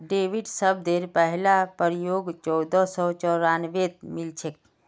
debit शब्देर पहला प्रयोग चोदह सौ चौरानवेत मिलछेक